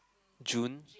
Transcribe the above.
June